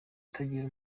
utagira